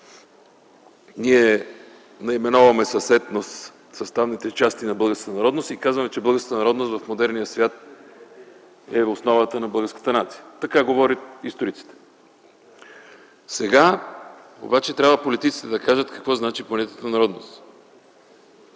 Ние наименуваме с „етнос” съставните части на българската народност и казваме, че българската народност в модерния свят е основата на българската нация. Така говорят историците. Сега обаче политиците трябва да кажат какво значи понятието „народност”.